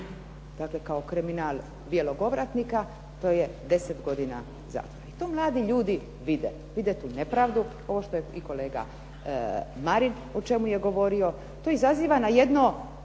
kao kriminal bijelog ovratnika to je 10 godina zatvora. I to mladi ljudi vide, vide tu nepravdu. Ovo što je i kolega Marin o čemu je govorio. To izaziva na jednu